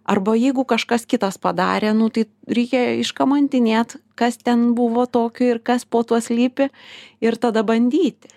arba jeigu kažkas kitas padarė nu tai reikia iškamantinėt kas ten buvo tokio ir kas po tuo slypi ir tada bandyti